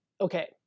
okay